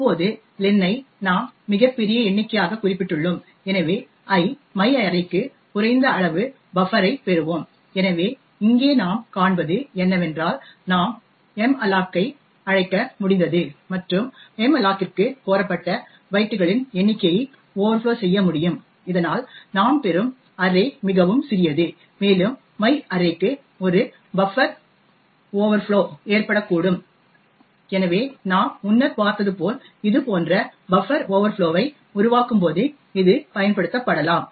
இப்போது லென் ஐ நாம் மிகப் பெரிய எண்ணிக்கையாகக் குறிப்பிட்டுள்ளோம் எனவே i மைஅர்ரேக்கு குறைந்த அளவு பஃப்பர் ஐ பெறுவோம் எனவே இங்கே நாம் காண்பது என்னவென்றால் நாம் மல்லோக்கை அழைக்க முடிந்தது மற்றும் மல்லோக்கிற்கு கோரப்பட்ட பைட்டுகளின் எண்ணிக்கையை ஓவர்ஃப்ளோ செய்ய முடியும் இதனால் நாம் பெறும் அர்ரே மிகவும் சிறியது மேலும் மைஅர்ரே க்கு ஒரு பஃப்பர் ஓவர்ஃப்ளோப் ஏற்படக்கூடும் எனவே நாம் முன்னர் பார்த்தது போல் இதுபோன்ற பஃப்பர் ஓவர்ஃப்ளோ ஐ உருவாக்கும் போது இது பயன்படுத்தப்படலாம்